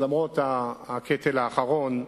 למרות הקטל האחרון,